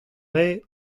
rae